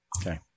Okay